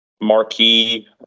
Marquee